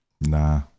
nah